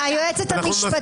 היועצת המשפטית,